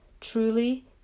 truly